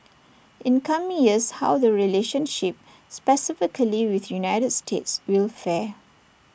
in coming years how the relationship specifically with united states will fare